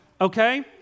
Okay